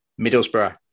Middlesbrough